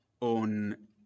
on